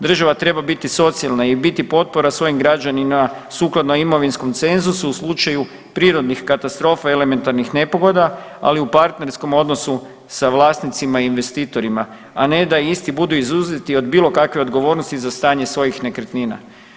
Država treba biti socijalna i biti potpora svojim građanima sukladno imovinskom cenzusu u slučaju prirodnih katastrofa, elementarnih nepogoda, ali i u partnerskom odnosu sa vlasnicima i investitorima, a ne da isti budu izuzeti od bilo kakve odgovornosti za stanje svojih nekretnina.